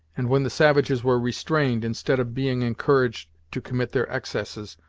and when the savages were restrained, instead of being encouraged to commit their excesses,